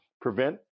prevent